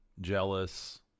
jealous